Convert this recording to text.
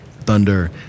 thunder